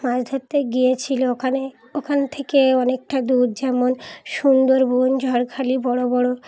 মাছ ধরতে গিয়েছিলো ওখানে ওখান থেকে অনেকটা দূর যেমন সুন্দর বন ঝড়খালি বড়ো বড়ো